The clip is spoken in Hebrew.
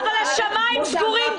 אבל השמיים סגורים.